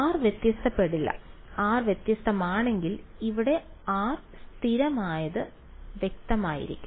r വ്യത്യാസപ്പെടുന്നില്ല r വ്യത്യസ്തമാണെങ്കിൽ ഇവിടെ r സ്ഥിരമായത് വ്യത്യസ്തമായിരിക്കും